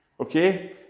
Okay